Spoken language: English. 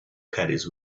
caddies